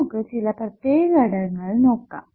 നമുക്ക് ചില പ്രത്യേക ഘടകങ്ങൾ നോക്കാം